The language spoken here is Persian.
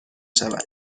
شود